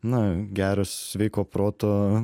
na geras sveiko proto